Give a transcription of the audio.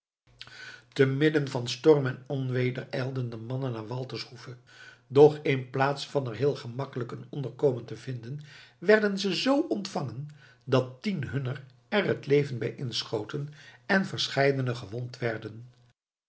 te midden van storm en onweder ijlden de mannen naar walters hoeve doch inplaats van er heel gemakkelijk een onderkomen te vinden werden ze z ontvangen dat tien hunner er het leven bij inschoten en verscheidenen gewond werden